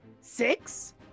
six